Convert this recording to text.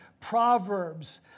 Proverbs